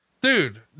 dude